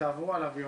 ותעברו עליו יומיים,